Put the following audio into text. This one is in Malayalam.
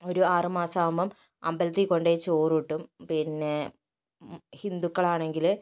ഒരു ആറ് മാസമാകുമ്പം അമ്പലത്തിൽ കൊണ്ട് പോയി ചോറ് കിട്ടും പിന്നെ ഹിന്ദുക്കളാണെങ്കിൽ